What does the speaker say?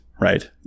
right